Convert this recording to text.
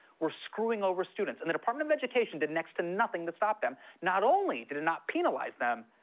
were screwing over students, and the department of education did next to nothing to stop them. not only did it not penalize them,